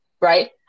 Right